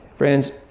Friends